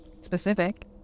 Specific